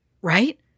Right